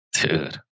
Dude